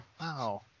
Wow